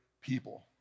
people